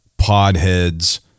podheads